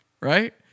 right